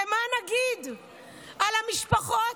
ומה נגיד על המשפחות,